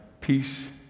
Peace